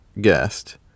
guest